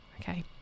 Okay